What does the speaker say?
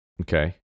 Okay